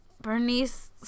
Bernice